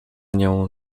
nią